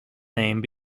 name